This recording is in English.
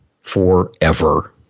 forever